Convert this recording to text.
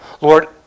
Lord